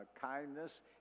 kindness